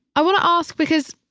i want to ask because,